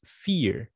fear